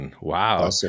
wow